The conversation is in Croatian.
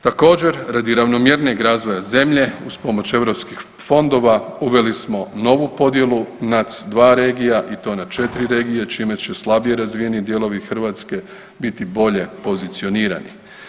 Također radi ravnomjernijeg razvoja zemlje uz pomoć europskih fondova uveli smo novu podjelu NUTS-2 regija i to na 4 regije čime će slabije razvijeni dijelovi Hrvatske biti bolje pozicionirani.